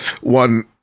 one